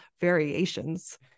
variations